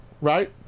right